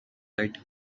right